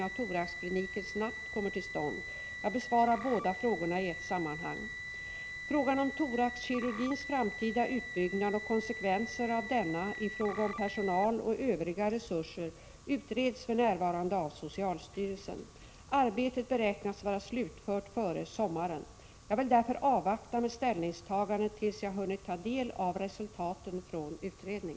Är socialministern beredd att omedelbart ge statens förhandlingsnämnd det klartecken som den anser sig behöva för att den omgående skall kunna slutföra erforderliga förhandlingar om en ny thoraxklinik i Umeå med Västerbottens läns landsting?